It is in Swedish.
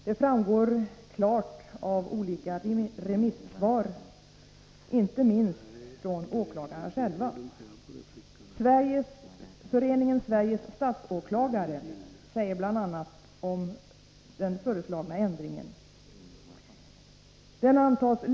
Det framgår klart av olika remissvar — inte minst från åklagarna själva. Föreningen Sveriges statsåklagare säger om den föreslagna ändringen bl.a. följande.